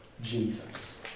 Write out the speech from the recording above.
Jesus